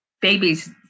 babies